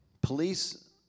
Police